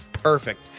Perfect